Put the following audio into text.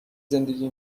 زندگی